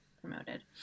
promoted